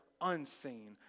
unseen